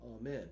Amen